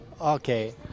Okay